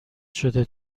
شده